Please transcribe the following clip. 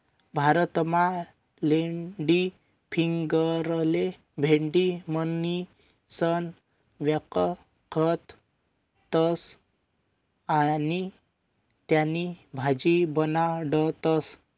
भारतमा लेडीफिंगरले भेंडी म्हणीसण व्यकखतस आणि त्यानी भाजी बनाडतस